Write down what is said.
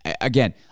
again